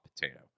potato